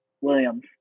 Williams